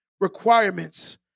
requirements